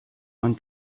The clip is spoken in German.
man